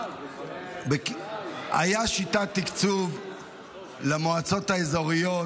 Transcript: הייתה שיטת תקצוב למועצות האזוריות,